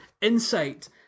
insight